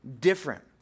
different